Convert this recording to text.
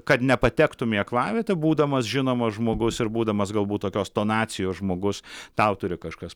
kad nepatektum į aklavietę būdamas žinomas žmogus ir būdamas galbūt tokios tonacijos žmogus tau turi kažkas